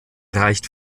reicht